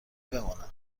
بمانم